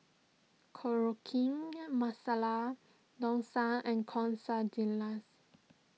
Masala Dosa and Quesadillas